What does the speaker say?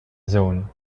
zone